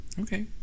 Okay